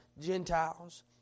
Gentiles